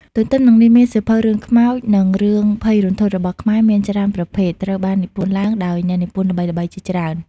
ទន្ទឹមនឹងនេះ មានសៀវភៅរឿងខ្មោច និងរឿងភ័យរន្ធត់របស់ខ្មែរមានច្រើនប្រភេទ ត្រូវបាននិពន្ធឡើងដោយអ្នកនិពន្ធល្បីៗជាច្រើន។